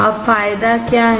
अब फायदा क्या है